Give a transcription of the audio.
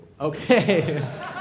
Okay